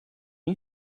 you